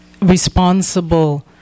responsible